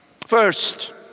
First